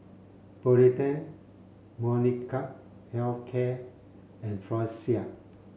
Polident Molnylcke health care and Floxia